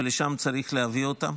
ולשם צריך להביא אותו.